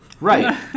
Right